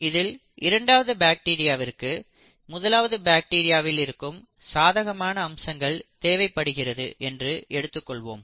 இதில் இரண்டாவது பாக்டீரியாவிற்கு முதலாவது பாக்டீரியாவில் இருக்கும் சாதகமான அம்சங்கள் தேவைப்படுகிறது என்று எடுத்துக் கொள்வோம்